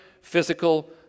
physical